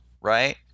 right